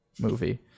movie